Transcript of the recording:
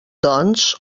doncs